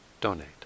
donate